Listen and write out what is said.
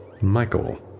Michael